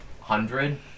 hundred